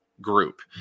group